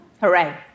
Hooray